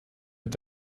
mit